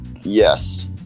yes